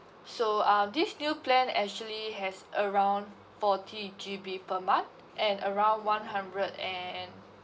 so uh this new plan actually has around forty G_B per month at around one hundred and